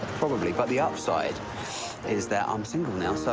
probably. but the upside is that i'm single now. so,